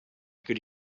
could